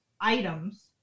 items